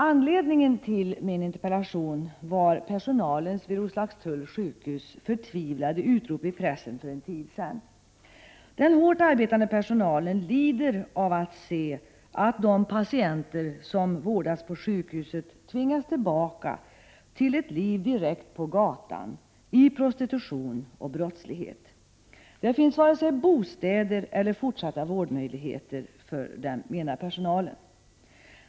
Anledningen till min interpellation var personalens vid Roslagstulls sjukhus förtvivlade utrop i pressen för en tid sedan. Den hårt arbetande personalen lider av att se att de patienter som vårdats på sjukhuset tvingas tillbaka till ett liv direkt på gatan i prostitution och brottslighet. Det finns varken bostäder eller möjlighet till fortsatt vård för dem, menar personalen.